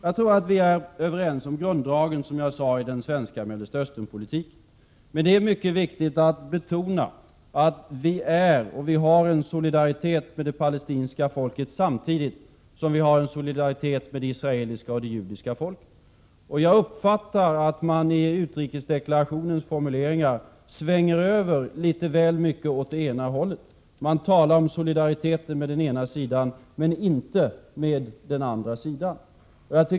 Jag tror att vi är överens om grunddragen, som jag sade, i den svenska Mellersta Östernpolitiken, men det är mycket viktigt att betona att vi känner en solidaritet med det palestinska folket samtidigt som vi känner en solidaritet med det israeliska och det judiska folket. Jag uppfattar att Sten Andersson i utrikesdeklarationens formuleringar svänger över litet väl mycket åt det ena hållet, när han talar om solidariteten med den ena sidan men inte med den andra.